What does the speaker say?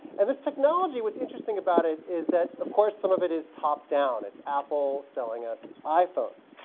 and this technology, what's interesting about it is that, of course, some of it is top-down. it's apple selling us iphones.